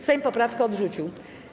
Sejm poprawkę odrzucił.